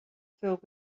filled